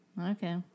Okay